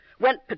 Went